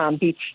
beach